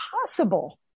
possible